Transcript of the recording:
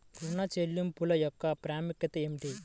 ఋణ చెల్లింపుల యొక్క ప్రాముఖ్యత ఏమిటీ?